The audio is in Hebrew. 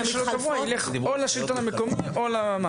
מי שלא קבוע, ילך או לשלטון המקומי או ל-...